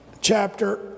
chapter